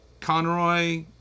Conroy